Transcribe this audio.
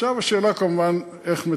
ועכשיו השאלה, כמובן, איך מטפלים.